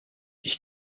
ich